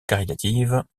caritative